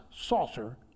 saucer